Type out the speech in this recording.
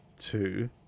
two